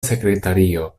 sekretario